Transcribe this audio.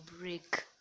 break